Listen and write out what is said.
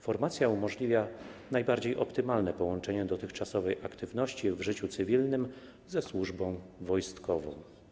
Formacja umożliwia najbardziej optymalne połączenie dotychczasowej aktywności w życiu cywilnym ze służbą wojskową.